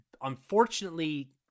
unfortunately